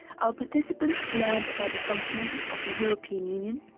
our participants learned about the functioning of the european union,